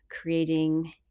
creating